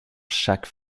chaque